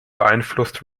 beeinflusst